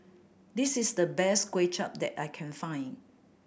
this is the best Kway Chap that I can find